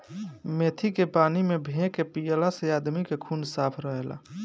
मेथी के पानी में भे के पियला से आदमी के खून साफ़ रहेला